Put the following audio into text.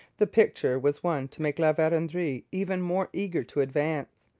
the picture was one to make la verendrye even more eager to advance.